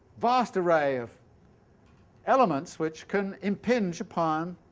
vast array of elements which can impinge upon